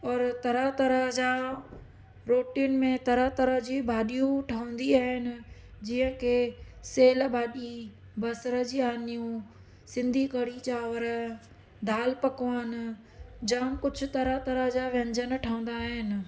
और तरह तरह जा रोटीयुनि में तरह तरह जी भाॼियूं ठहंदी आहिनि जीअं की सियल भाॼी बसर जी आनियूं सिंधी कढ़ी चांवरु दाल पकवान जामु कुझु तरह तरह जा व्यंजन ठहंदा आहिनि